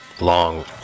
long